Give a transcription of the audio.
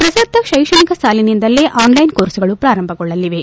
ಪ್ರಸಕ್ತ ಶೈಕ್ಷಣಿಕ ಸಾಲಿನಿಂದಲೇ ಆನ್ಲೈನ್ ಕೋರ್ಸ್ಗಳು ಪ್ರಾರಂಭಗೊಳ್ಳಲಿವೆ